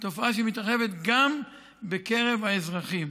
תופעה שמתרחבת גם בקרב האזרחים.